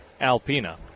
Alpina